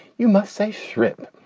you must say shrimp.